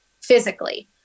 physically